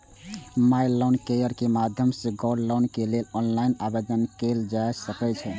माइ loan care के माध्यम सं गोल्ड लोन के लेल ऑनलाइन आवेदन कैल जा सकै छै